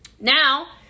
Now